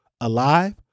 alive